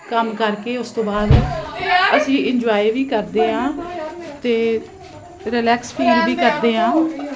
ਕੰਮ ਕਰਕੇ ਉਸ ਤੋਂ ਬਾਅਦ ਅਸੀਂ ਇੰਜੋਏ ਵੀ ਕਰਦੇ ਹਾਂ ਅਤੇ ਰਿਲੈਕਸ ਫੀਲ ਵੀ ਕਰਦੇ ਹਾਂ